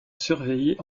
surveiller